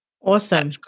Awesome